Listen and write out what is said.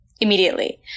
immediately